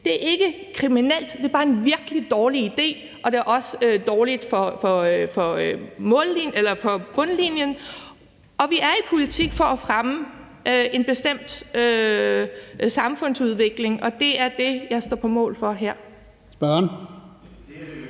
Det er ikke kriminelt, det er bare en virkelig dårlig idé, og det er også dårligt for bundlinjen. Vi er i politik for at fremme en bestemt samfundsudvikling, og det er det, jeg står på mål for her. Kl.